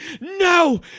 no